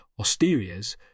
Osterias